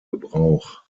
gebrauch